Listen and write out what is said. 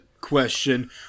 question